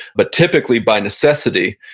but typically by necessity,